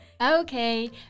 Okay